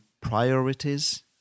priorities